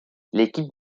l’équipe